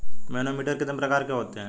Manometer कितने प्रकार के होते हैं?